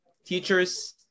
teachers